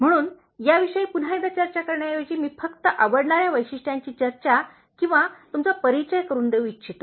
म्हणून या विषयी पुन्हा एकदा चर्चा करण्याऐवजी मी फक्त आवडणाऱ्या वैशिष्ट्यांची चर्चा किंवा तुमचा परिचय करून देऊ इच्छितो